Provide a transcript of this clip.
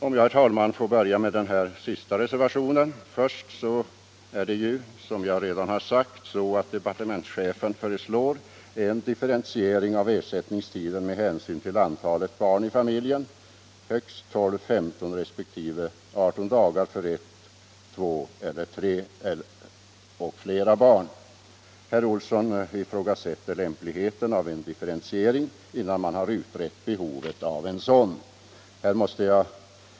Om jag, herr talman, får börja med den sista reservationen så föreslår departementschefen en differentiering av ersättningstiden med hänsyn till antalet barn i familjen; högst 12, 15 resp. 18 dagar för ett, två, tre eller flera barn. Herr Olsson ifrågasätter lämpligheten av en differentiering innan man utrett behovet av sådan.